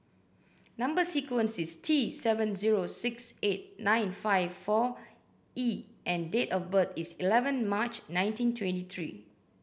number sequence is T seven zero six eight nine five four E and date of birth is eleven March nineteen twenty three